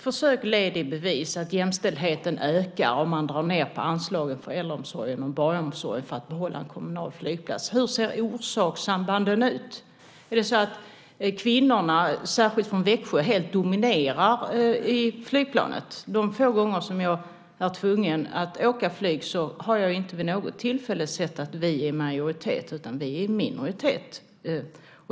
Försök leda i bevis att jämställdheten ökar om man drar ned på anslagen för äldreomsorgen och barnomsorgen för att behålla en kommunal flygplats! Hur ser orsakssambanden ut? Är det så att kvinnorna, särskilt från Växjö, helt dominerar i flygplanet? De få gånger som jag är tvungen att åka flyg har jag inte vid något tillfälle sett att vi är i majoritet, utan vi är i minoritet.